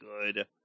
good